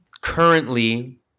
currently